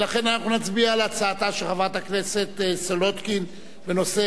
לכן אנחנו נצביע על הצעתה של חברת הכנסת סולודקין בנושא